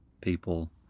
people